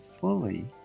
fully